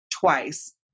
twice